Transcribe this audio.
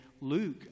Luke